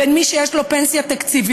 בין מי שיש לו פנסיה תקציבית,